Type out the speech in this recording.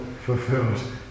fulfilled